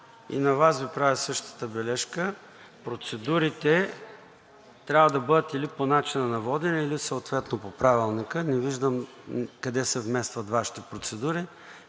и на Вас правя същата бележка – процедурите трябва да бъдат или по начина на водене, или съответно по Правилника. Не виждам къде се вместват Вашите процедури